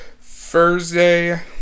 Thursday